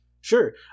Sure